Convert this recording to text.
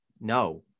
no